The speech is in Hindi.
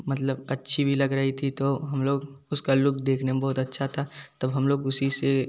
मतलब अच्छी भी लग रही थी तो हम लोग उसका लुक देखने में बहुत अच्छा था तब हम लोग उसी से